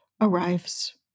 arrives